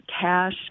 cash